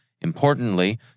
Importantly